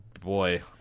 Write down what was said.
boy